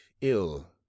ill